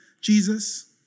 Jesus